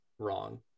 wrong